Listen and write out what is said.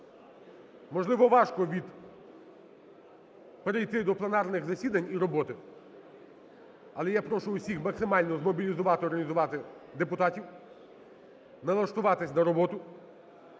Можливо, важко перейти до пленарних засідань і роботи, але я прошу всіх максимально змобілізувати, організувати депутатів, налаштуватись на роботу.